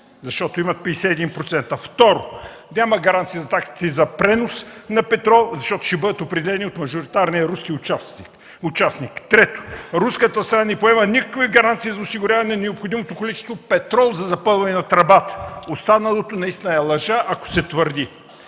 защото имат 51%. Второ, няма гаранция за таксите за пренос на петрол, защото ще бъдат определени от мажоритарния руски участник. Трето, руската страна не поема никакви гаранции за осигуряване на необходимото количество петрол за запълване на тръбата. Останалото наистина е лъжа, ако се твърди.